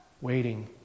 waiting